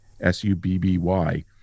S-U-B-B-Y